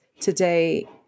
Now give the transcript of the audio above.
today